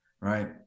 right